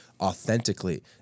authentically